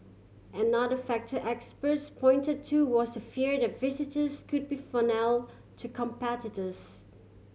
another factor experts pointed to was the fear that visitors could be funnel to competitors